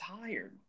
tired